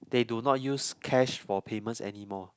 they do not use cash for payments anymore